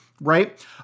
right